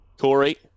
Corey